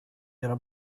göra